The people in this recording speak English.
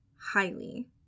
highly